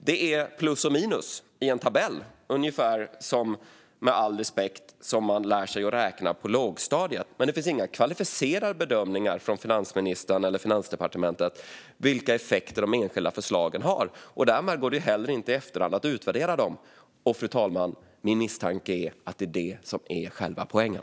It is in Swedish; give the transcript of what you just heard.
Det är plus och minus i en tabell, ungefär - med all respekt - som när man lär sig att räkna på lågstadiet. Det finns inga kvalificerade bedömningar från finansministern eller Finansdepartementet av vilka effekter de enskilda förslagen har, och därmed går det heller inte att utvärdera dem i efterhand. Och, fru talman, min misstanke är att det är detta som är själva poängen.